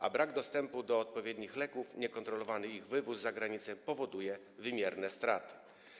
A brak dostępu do odpowiednich leków, niekontrolowany ich wywóz za granicę powoduje wymierne straty.